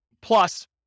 plus